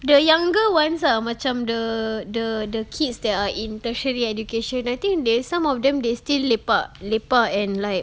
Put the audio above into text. the younger ones ah macam the the the kids that are in tertiary education I think there's some of them they still lepak lepak and like